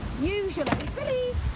usually